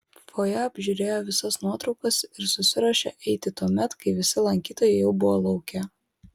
fojė apžiūrėjo visas nuotraukas ir susiruošė eiti tuomet kai visi lankytojai jau buvo lauke